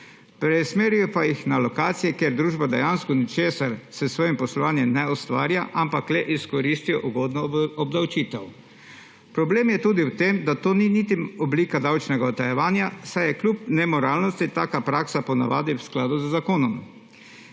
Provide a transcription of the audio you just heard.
Preusmerijo pa jih na lokacije, kjer družba dejansko ničesar s svojim poslovanjem ne ustvarja, ampak le izkoristijo ugodno obdavčitev. Problem je tudi v tem, dato ni niti oblika davčnega utajevanja, saj je kljub nemoralnosti taka praksa po navadi v skladu z zakonom.